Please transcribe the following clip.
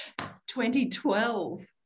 2012